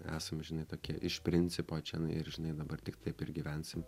esam žinai tokie iš principo čia ir žinai dabar tik taip ir gyvensim